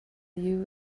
you